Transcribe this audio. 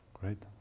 great